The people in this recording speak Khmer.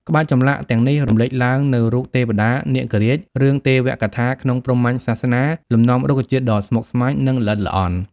ក្បាច់ចម្លាក់ទាំងនេះរំលេចឡើងនូវរូប ទេវតា នាគរាជ រឿងទេវកថាក្នុងព្រហ្មញ្ញសាសនា លំនាំរុក្ខជាតិដ៏ស្មុគស្មាញ និងល្អិតល្អន់។